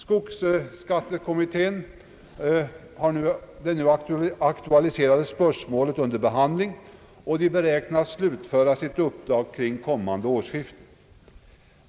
Skogsskattekommittén har det nu aktualiserade spörsmålet under behandling och beräknas slutföra sitt uppdrag kring kommande årsskifte.